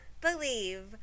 believe